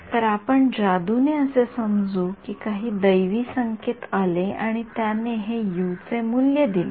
तर आपण जादूने असे समजू की काही दैवी संकेत आले आणि त्याने हे यू चे मूल्य दिले